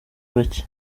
bake